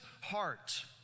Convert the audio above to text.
heart